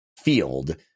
field